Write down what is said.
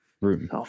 room